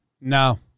No